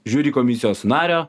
žiuri komisijos nario